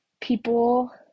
people